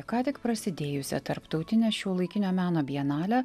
ką tik prasidėjusią tarptautinę šiuolaikinio meno bienalę